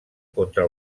contra